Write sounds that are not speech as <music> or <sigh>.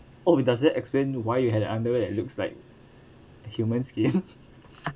oh does that explain why you had the underwear that looks like human skin <laughs>